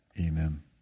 amen